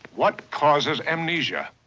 what causes amnesia?